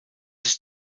sich